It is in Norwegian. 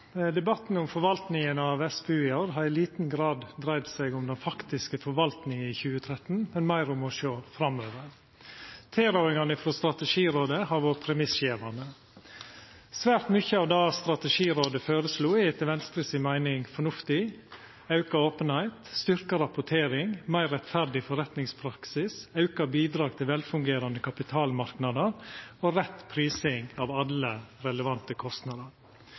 i liten grad dreidd seg om den faktiske forvaltninga i 2013, men meir om å sjå framover. Tilrådingane frå Strategirådet har vore premissgjevande. Svært mykje av det Strategirådet føreslo, er etter Venstres meining fornuftig: auka openheit, styrkt rapportering, meir rettferdig forretningspraksis, auka bidrag til velfungerande kapitalmarknader og rett prising av alle relevante